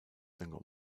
tengo